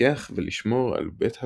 לפקח ולשמור על בית הקברות.